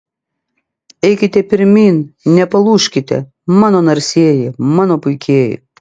eikite pirmyn nepalūžkite mano narsieji mano puikieji